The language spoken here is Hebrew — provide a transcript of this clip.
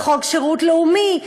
וחוק שירות לאומי,